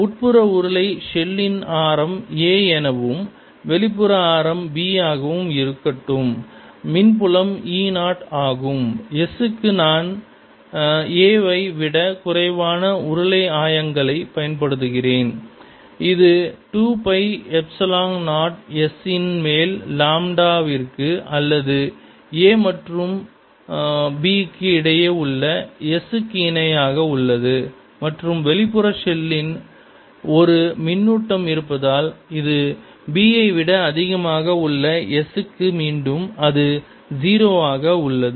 உட்புற உருளை ஷெல்லின் ஆரம் a எனவும் வெளிப்புற ஆரம் b ஆகவும் இருக்கட்டும் மின்புலம் E 0 ஆகும் S க்கு நான் a வை விட குறைவான உருளை ஆயங்களை பயன்படுத்துகிறேன் இது 2 பை எப்ஸிலான் 0 S இன் மேல் லாம்டா விற்கு அல்லது a மற்றும் b க்கு இடையே உள்ள S க்கு இணையாக உள்ளது மற்றும் வெளிப்புற ஷெல்லில் ஒரு மின்னூட்டம் இருப்பதால் இது b ஐ விட அதிகமாக உள்ள s க்கு மீண்டும் இது 0 ஆக உள்ளது